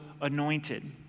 anointed